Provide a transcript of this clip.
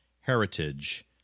heritage